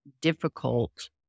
difficult